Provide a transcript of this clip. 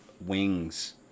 wings